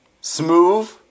Smooth